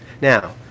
Now